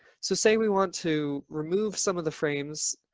so say we want to remove some of the frames,